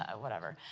ah whatever.